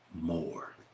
more